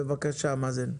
בבקשה, מאזן.